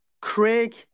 Craig